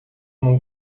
num